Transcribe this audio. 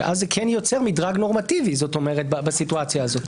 כי אז זה כן יוצר מדרג נורמטיבי בסיטואציה הזאת.